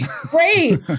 Great